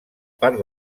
part